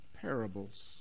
parables